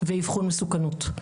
ואיבחון מסוכנות.